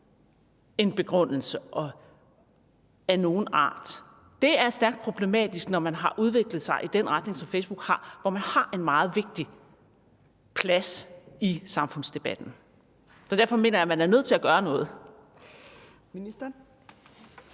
en begrundelse af nogen art er stærkt problematisk, når man har udviklet sig i den retning, som Facebook har, hvor man har en meget vigtig plads i samfundsdebatten. Derfor mener jeg, at man er nødt til at gøre noget.